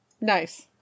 Nice